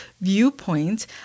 viewpoint